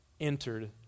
entered